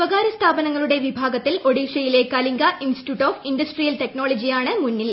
സ്വകാര്യ സ്ഥാപനങ്ങളുടെ വിഭാഗത്തിൽ ഒഡ്രീഷ്യിലെ കലിംഗ ഇൻസ്റ്റിറ്റ്യൂട്ട് ഓഫ് ഇൻഡസ്ട്രിയൽ ടെക്നോളജിയാണ് മുന്നിൽ